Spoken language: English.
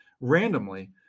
randomly